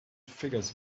figures